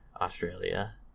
australia